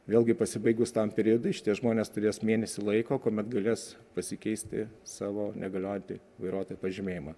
vėlgi pasibaigus tam periodui šitie žmonės turės mėnesį laiko kuomet galės pasikeisti savo negaliojantį vairuotojo pažymėjimą